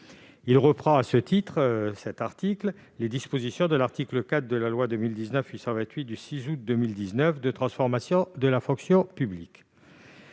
reprend à ce titre les dispositions de l'article 4 de la loi n° 2019-828 du 6 août 2019 de transformation de la fonction publique.